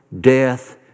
death